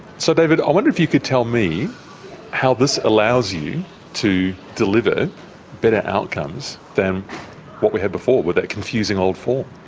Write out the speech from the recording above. so david, i wonder if you could tell me how this allows you to deliver better outcomes than what we had before with that confusing old form?